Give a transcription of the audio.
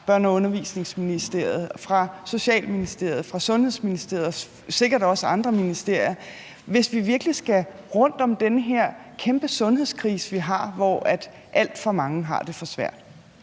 fra Børne- og Undervisningsministeriet, fra Socialministeriet og fra Sundhedsministeriet og sikkert også andre ministerier, hvis vi virkelig skal rundt om den her kæmpe sundhedskrise, vi har, hvor alt for mange har det for svært.